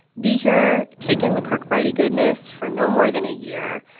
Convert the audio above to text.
be here, take in the kirkbride-y goodness for no more than a year,